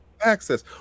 Access